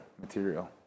material